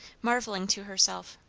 marvelling to herself.